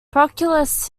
proclus